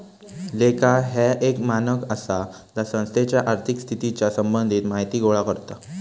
लेखा ह्या एक मानक आसा जा संस्थेच्या आर्थिक स्थितीच्या संबंधित माहिती गोळा करता